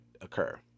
occur